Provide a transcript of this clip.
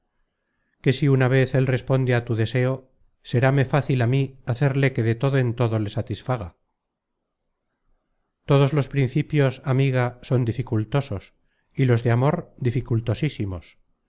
que si una vez el responde a tu deseo seráme fácil á mí hacerle que de todo en todo le satisfaga todos los principios amiga son dificultosos y los de amor